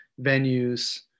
venues